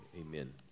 amen